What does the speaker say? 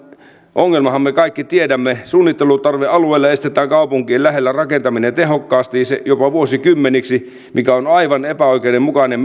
ongelmanhan me kaikki tiedämme suunnittelutarvealueilla estetään kaupunkien lähellä rakentaminen tehokkaasti jopa vuosikymmeniksi mikä on on aivan epäoikeudenmukainen